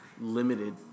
limited